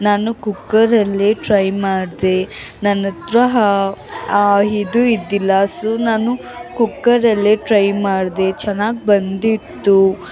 ನಾನು ಕುಕ್ಕರಲ್ಲೇ ಟ್ರೈ ಮಾಡ್ದೆ ನನ್ನತ್ರ ಹ ಇದು ಇದ್ದಿಲ್ಲ ಸೊ ನಾನು ಕುಕ್ಕರಲ್ಲೇ ಟ್ರೈ ಮಾಡ್ದೆ ಚೆನ್ನಾಗಿ ಬಂದಿತ್ತು